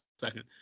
second